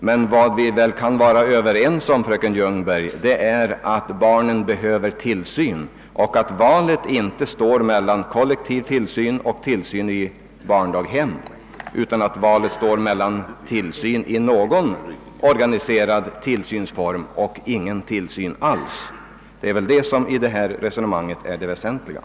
Men vad vi kan vara överens om, fröken Ljungberg, är väl att barnen behöver tillsyn och att valet inte står mellan kollektiv tillsyn och tillsyn i barndaghem, utan att valet står mellan tillsyn i någon organiserad tillsynsform och ingen tillsyn alls. Det är detta som är det väsentliga i resonemanget.